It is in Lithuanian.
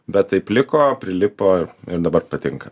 bet taip liko prilipo ir dabar patinka